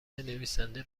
نویسنده